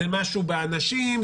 זה משהו באנשים,